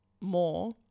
more